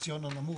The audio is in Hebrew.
החציון הנמוך,